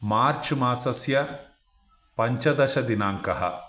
मार्च् मासस्य पञ्चदशदिनाङ्कः